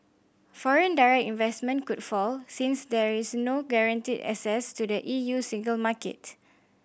foreign direct investment could fall since there is no guaranteed access to the E U single market